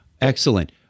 Excellent